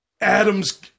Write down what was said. Adams